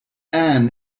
ann